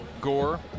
Gore